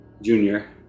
junior